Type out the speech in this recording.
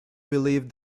believed